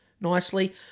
nicely